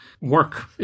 work